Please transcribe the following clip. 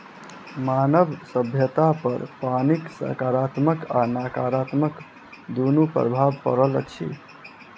मानव सभ्यतापर पानिक साकारात्मक आ नाकारात्मक दुनू प्रभाव पड़ल अछि